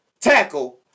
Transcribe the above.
tackle